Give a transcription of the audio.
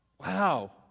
Wow